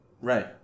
Right